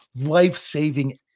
life-saving